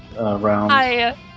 round